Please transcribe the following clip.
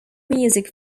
music